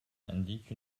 indique